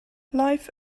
life